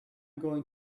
going